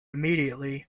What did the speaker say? immediately